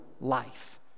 life